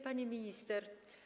Pani Minister!